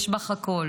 יש בך הכול